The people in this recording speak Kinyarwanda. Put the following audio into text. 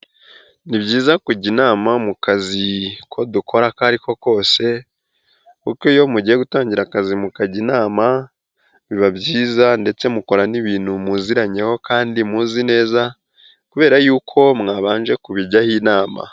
Ni byiza kujya inama mu kazi ko dukora ako ari ko kose kuko iyo mugiye gutangira akazi mukajya inama, biba byiza ndetse mukora n'ibintu muziranyeho kandi muzi neza kubera yuko mwabanje kubijyaho inama.